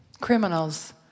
criminals